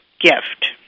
gift